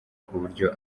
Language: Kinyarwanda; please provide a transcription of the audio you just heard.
kuburyo